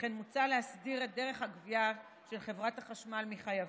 וכן מוצע להסדיר את דרך הגבייה של חברת החשמל מחייבים.